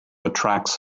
attracts